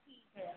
ठीक है